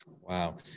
Wow